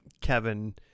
Kevin